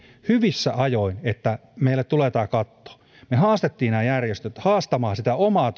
hyvissä ajoin että meillä tulee tämä katto ja haastoimme nämä järjestöt haastamaan myös sitä omaa